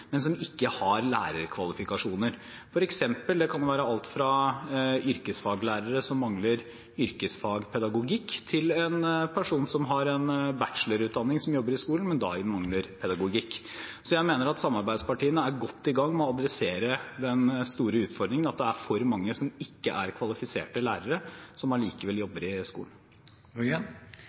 men som ikke har lærerkvalifikasjoner. Det kan f.eks. være alt fra yrkesfaglærere som mangler yrkesfagpedagogikk, til personer som har en bachelorutdanning og jobber i skolen, men mangler pedagogikk. Jeg mener at samarbeidspartiene er godt i gang med å adressere den store utfordringen; at det er for mange som ikke er kvalifiserte lærere, som allikevel